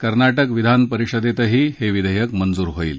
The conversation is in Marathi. कर्नाटक विधानपरिषदत्ती हा विधवक्त मंजूर होईल